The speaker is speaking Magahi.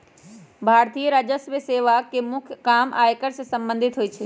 भारतीय राजस्व सेवा के मुख्य काम आयकर से संबंधित होइ छइ